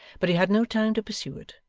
but he had no time to pursue it,